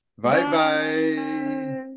Bye-bye